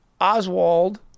Oswald